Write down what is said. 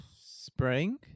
Spring